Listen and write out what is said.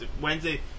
Wednesday